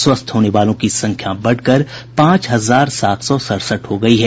स्वस्थ होने वालों की संख्या बढ़कर पांच हजार सात सौ सड़सठ हो गयी है